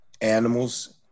Animals